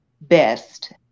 best